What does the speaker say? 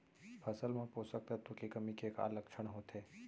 फसल मा पोसक तत्व के कमी के का लक्षण होथे?